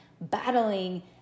battling